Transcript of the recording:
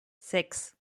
sechs